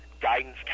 guidance